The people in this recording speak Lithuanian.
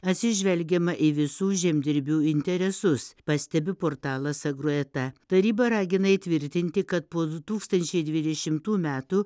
atsižvelgiama į visų žemdirbių interesus pastebi portalas agroeta taryba ragina įtvirtinti kad po du tūkstančiai dvidešimtų metų